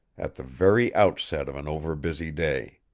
at the very outset of an overbusy day.